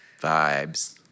Vibes